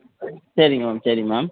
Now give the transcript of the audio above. சரிங்க மேம் சரி